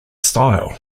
style